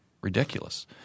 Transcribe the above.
ridiculous